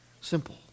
Simple